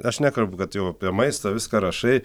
aš nekalbu kad jau apie maistą viską rašai